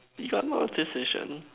you got a lot of decision